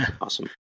Awesome